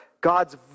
God's